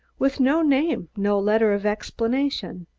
with no name, no letter of explanation?